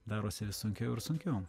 darosi vis sunkiau ir sunkiau